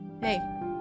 hey